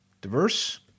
diverse